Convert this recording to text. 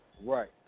Right